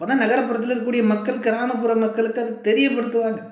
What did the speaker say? அப்போதான் நகர்ப்புறத்தில் இருக்கக்கூடிய மக்கள் கிராமப்புற மக்களுக்கு அதை தெரியப்படுத்துவாங்க